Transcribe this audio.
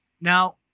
Now